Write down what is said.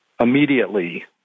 immediately